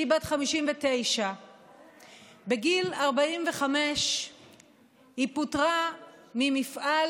היא בת 59. בגיל 45 היא פוטרה ממפעל